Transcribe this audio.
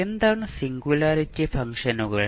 എന്താണ് സിംഗുലാരിറ്റി ഫംഗ്ഷനുകൾ